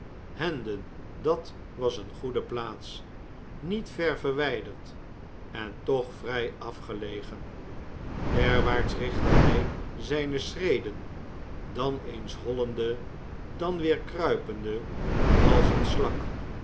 n dat was eene goede plaats niet ver verwijderd en toch vrij afgelegen derwaarts richtte hij zijne schreden dan eens hollende dan weer kruipende als eene slak